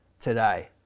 today